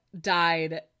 died